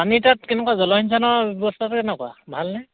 পানী তাত কেনেকুৱা জলসিঞ্চানৰ ব্যৱস্থাটো কেনেকুৱা ভালনে